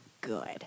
good